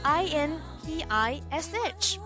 i-n-p-i-s-h